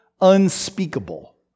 unspeakable